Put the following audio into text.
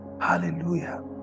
Hallelujah